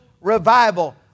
revival